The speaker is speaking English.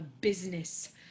business